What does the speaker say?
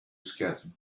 scattered